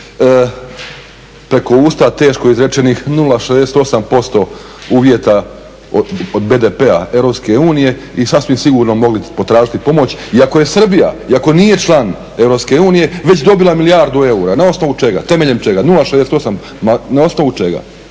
preko usta teško izrečenih 0,68% uvjeta od BDP-a Europske unije i sasvim sigurno mogli potražiti pomoć. I ako je Srbija iako nije član Europske unije već dobila milijardu eura, na osnovu čega, temeljem čega? 0,68 na osnovu čega?